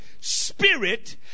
spirit